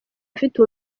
abafite